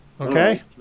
Okay